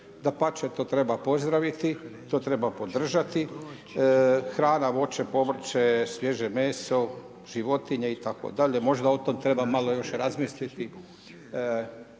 dapače to treba pozdraviti, to treba podržati, hrana, voće, povrće, svježe meso, životinje itd. možda o tom treba malo još razmisliti,